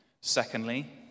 Secondly